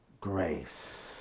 grace